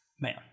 Man